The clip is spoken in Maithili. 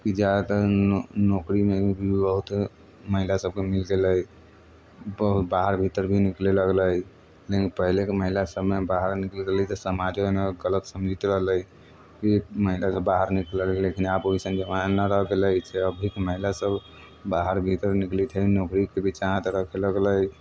की जायत नौकरी मे भी बहुत महिला सबके निकले बाहर भीतर भी निकले लगलै लेकिन पहिले के महिला सबमे बाहर निकैल गेलै तऽ समाज मे गलत समझैत रहलै फिर महिला सब बाहर निकलल लेकिन आब ओइसन जमाना ना रह गेलै से अभी के महिला सब बाहर भीतर निकलैत है नौकरी के भी चाहत रखे लगलै